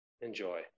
enjoy